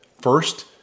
First